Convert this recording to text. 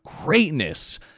greatness